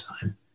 time